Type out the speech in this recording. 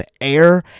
Air